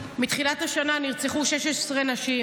מתחילת השנה נרצחו 16 נשים.